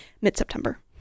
mid-September